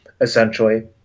essentially